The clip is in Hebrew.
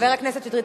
חבר הכנסת שטרית,